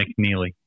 McNeely